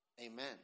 Amen